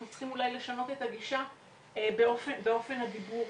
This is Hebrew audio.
צריכים לשנות את הגישה באופן הדיבור.